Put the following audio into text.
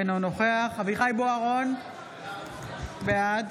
אינו נוכח אביחי אברהם בוארון, בעד